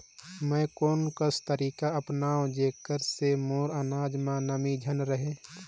मैं कोन कस तरीका अपनाओं जेकर से मोर अनाज म नमी झन रहे?